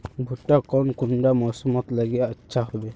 भुट्टा कौन कुंडा मोसमोत लगले अच्छा होबे?